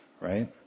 right